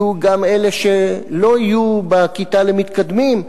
יהיו גם אלה שלא יהיו בכיתה למתקדמים,